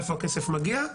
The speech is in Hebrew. מאיפה הכסף מגיע,